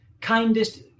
kindest